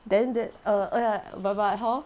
then then err oh ya but but hor